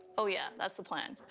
oh yeah, that's the plan.